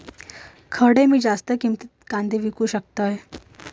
खडे मी जास्त किमतीत कांदे विकू शकतय?